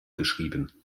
geschrieben